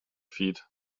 feet